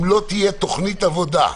אם לא תהיה תוכנית עבודה,